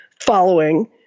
following